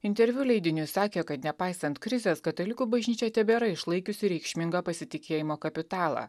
interviu leidiniui sakė kad nepaisant krizės katalikų bažnyčia tebėra išlaikiusi reikšmingą pasitikėjimo kapitalą